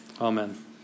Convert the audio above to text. Amen